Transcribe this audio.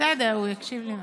מקשיב מפה.